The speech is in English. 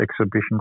exhibition